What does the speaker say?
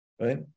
right